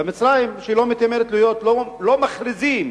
במצרים, שלא מתיימרת להיות, לא מכריזים